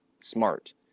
smart